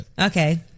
Okay